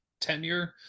tenure